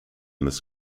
this